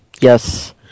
Yes